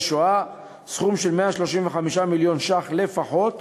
שואה סכום של 135 מיליון שקלים לפחות,